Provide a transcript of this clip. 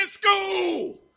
school